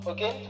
Okay